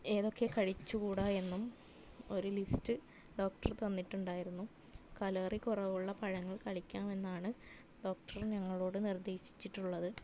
ഏതൊക്കെ കഴിച്ച് കൂടാ എന്നും ഒരു ലിസ്റ്റ് ഡോക്ടറ് തന്നിട്ടുണ്ടായിരുന്നു കലോറി കുറവുള്ള പഴങ്ങൾ കഴിക്കാമെന്നാണ് ഡോക്ടർ ഞങ്ങളോട് നിർദ്ദേശിച്ചിട്ടുള്ളത്